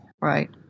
Right